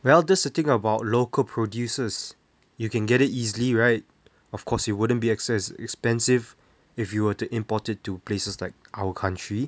well that's the thing about local producers you can get it easily right of course you wouldn't be so expensive if you were to import it to places like our country